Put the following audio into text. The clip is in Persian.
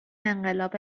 انقلاب